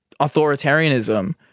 authoritarianism